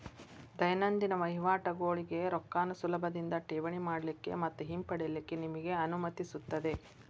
ದೈನಂದಿನ ವಹಿವಾಟಗೋಳಿಗೆ ರೊಕ್ಕಾನ ಸುಲಭದಿಂದಾ ಠೇವಣಿ ಮಾಡಲಿಕ್ಕೆ ಮತ್ತ ಹಿಂಪಡಿಲಿಕ್ಕೆ ನಿಮಗೆ ಅನುಮತಿಸುತ್ತದೆ